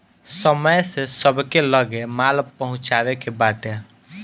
समय से सबके लगे माल पहुँचावे के बाटे